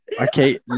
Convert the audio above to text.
okay